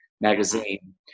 magazine